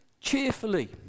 cheerfully